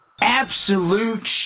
absolute